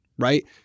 Right